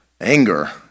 Anger